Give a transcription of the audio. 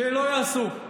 שלא יעשו.